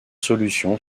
solution